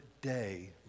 day